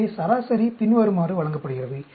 எனவே சராசரி பின்வருமாறு வழங்கப்படுகிறது